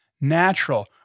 natural